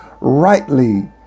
rightly